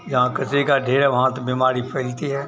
जहाँ कचरे का ढेर है वहाँ तो बीमारी फैलती है